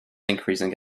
increasing